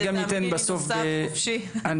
בסוף הדיון,